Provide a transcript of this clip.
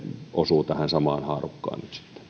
osuu tähän samaan haarukkaan